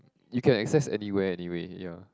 you can access anywhere anyway ya